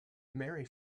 mary